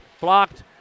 blocked